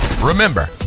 Remember